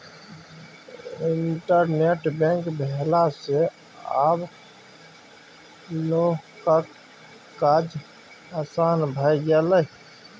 internet bank भेला सँ आब लोकक काज आसान भए गेलै